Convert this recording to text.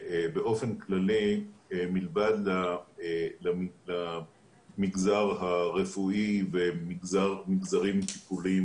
באופן כללי מלבד המגזר הרפואי ומגזרים טיפוליים